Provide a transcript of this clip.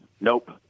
nope